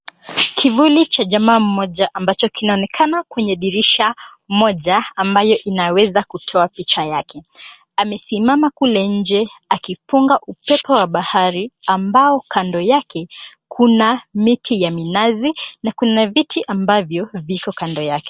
Kivuli cha jamaa mmoja ambacho kinaonekana kwenye dirisha moja ambayo inaweza kutoa picha yake. Amesimama kule nje akipunga upepo wa bahari ambao kando yake kuna miti ya minazi na kuna viti ambavyo viko kando yake.